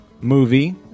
movie